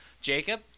Jacob